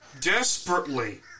desperately